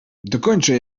dokończę